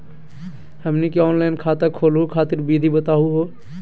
हमनी के ऑनलाइन खाता खोलहु खातिर विधि बताहु हो?